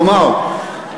כלומר,